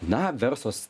na versus